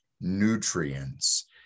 nutrients